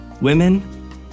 Women